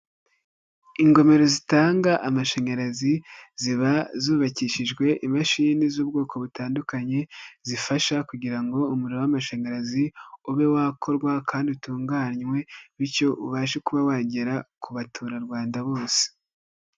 Ingomero zitanga amashanyarazi, ziba zubakishijwe imashini z'ubwoko butandukanye, zifasha kugira ngo umuriro w'amashanyarazi ube wakorwa kandi utunganywe bityo ubashe kuba wagera ku baturarwanda bose.